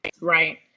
right